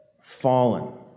fallen